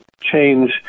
change